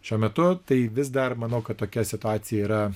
šiuo metu tai vis dar manau kad tokia situacija yra